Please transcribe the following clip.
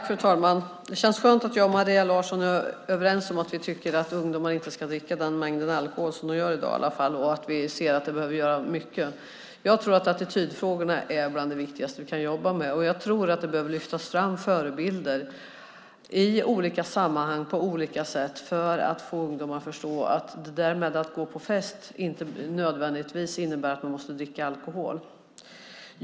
Fru talman! Det känns skönt att jag och Maria Larsson är överens om att ungdomar inte ska dricka den mängd alkohol de dricker i dag och om att det behöver göras mycket. Jag tror att attitydfrågorna är bland det viktigaste vi kan jobba med. Jag tror att det behöver lyftas fram förebilder i olika sammanhang och på olika sätt för att få ungdomar att förstå att det där med att gå på fest inte nödvändigtvis innebär att man måste dricka alkohol.